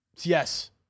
Yes